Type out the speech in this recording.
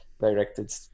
directed